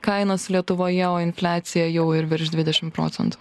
kainos lietuvoje o infliacija jau ir virš dvidešim procentų